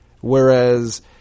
Whereas